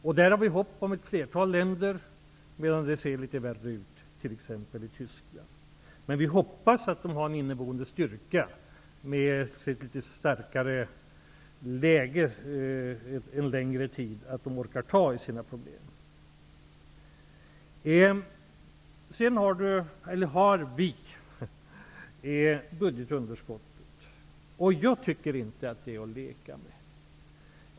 Vi har hopp om ett flertal länder, medan det t.ex. ser litet värre ut i Tyskland. Vi hoppas att de har en inneboende styrka och får ett starkare läge under en längre tid så att de orkar ta tag i sina problem. För det andra gäller det budgetunderskottet. Jag tycker inte att det är att leka med.